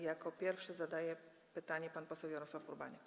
Jako pierwszy zadaje pytanie pan poseł Jarosław Urbaniak.